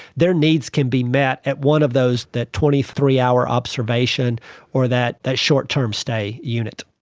their needs can be met at one of those, that twenty three hour observation or that that short-term stay unit.